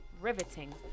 riveting